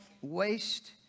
waste